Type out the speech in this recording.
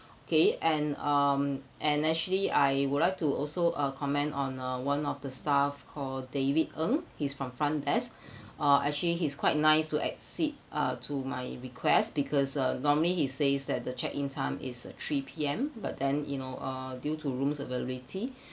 okay and um and actually I would like to also uh comment on uh one of the staff called david ng he's from front desk uh actually he's quite nice to accede to my request because uh normally he says that the check in time is at three P_M but then you know uh due to rooms availability